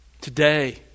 Today